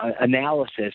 analysis